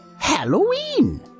Halloween